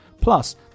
Plus